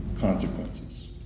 consequences